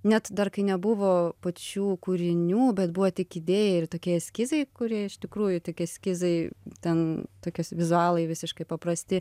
net dar kai nebuvo pačių kūrinių bet buvo tik idėja ir tokie eskizai kurie iš tikrųjų tik eskizai ten tokios vizualiai visiškai paprasti